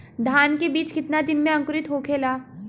धान के बिज कितना दिन में अंकुरित होखेला?